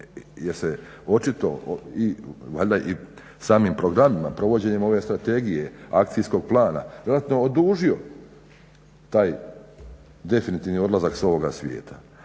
jer se očito i valjda i samim programima provođenja ove strategije akcijskog plana relativno odužio taj definitivni odlazak s ovoga svijeta.